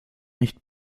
nicht